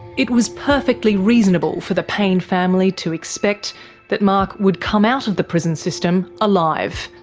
it was perfectly reasonable for the payne family to expect that mark would come out of the prison system alive.